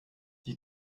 wie